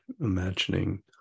imagining